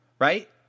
Right